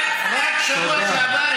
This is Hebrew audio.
תגידי תודה.